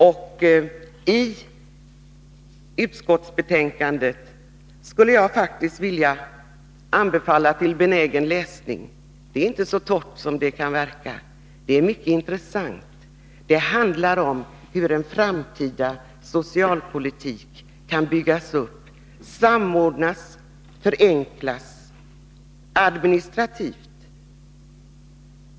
Jag skulle vilja anbefalla utskottsbetänkandet till benägen läsning — det är inte så torrt som det kan verka. Det är mycket intressant. Det handlar om hur en framtida socialpolitik kan byggas upp, samordnas och förenklas administrativt.